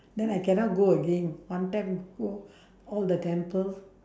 then I cannot go again one time go all the temple